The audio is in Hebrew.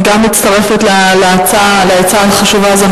אני גם מצטרפת לעצה החשובה הזו.